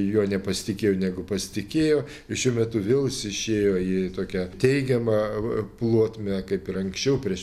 juo nepasitikėjo negu pasitikėjo šiuo metu vėl jis išėjo į tokią teigiamą plotmę kaip ir anksčiau prieš